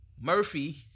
Murphy